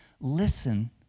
Listen